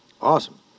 Awesome